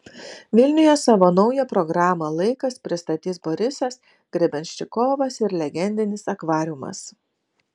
vilniuje savo naują programą laikas pristatys borisas grebenščikovas ir legendinis akvariumas